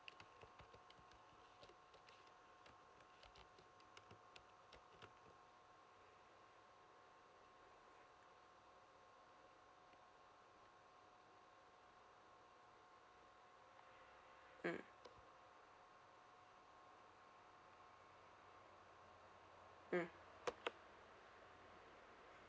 mm mm